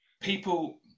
people